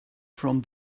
from